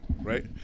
right